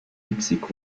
mexico